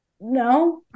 no